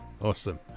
awesome